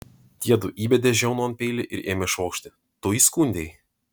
tiedu įbedė žiaunon peilį ir ėmė švokšti tu įskundei